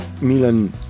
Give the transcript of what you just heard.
Milan